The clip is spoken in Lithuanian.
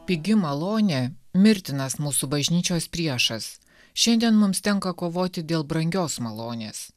pigi malonė mirtinas mūsų bažnyčios priešas šiandien mums tenka kovoti dėl brangios malonės